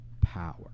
power